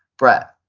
brett,